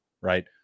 right